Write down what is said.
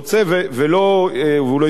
והוא לא הסתפק גם בזה,